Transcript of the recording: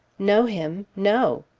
know him, no!